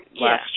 last